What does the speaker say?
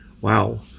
wow